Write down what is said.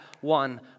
one